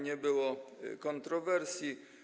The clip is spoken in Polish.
Nie było kontrowersji.